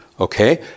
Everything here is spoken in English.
Okay